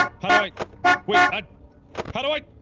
how do i wait i how do i?